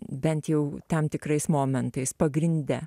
bent jau tam tikrais momentais pagrinde